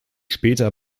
später